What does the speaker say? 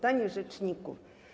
Panie Rzeczniku!